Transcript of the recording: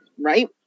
right